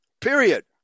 period